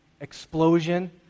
explosion